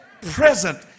present